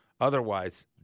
otherwise